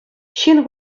ҫын